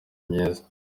myiza